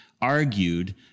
argued